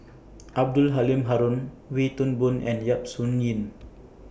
Abdul Halim Haron Wee Toon Boon and Yap Su Yin